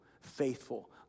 faithful